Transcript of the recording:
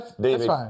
David